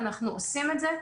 ואנחנו עושים את זה.